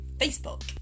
Facebook